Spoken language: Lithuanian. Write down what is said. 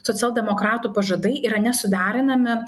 socialdemokratų pažadai yra nesuderinami